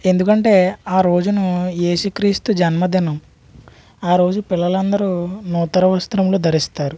ఎందుకంటే ఆ రోజును యేసు క్రీస్తు జన్మదినం ఆ రోజు పిల్లలందరూ నూతన వస్త్రములు ధరిస్తారు